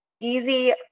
easy